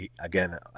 again